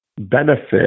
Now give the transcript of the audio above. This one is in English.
Benefit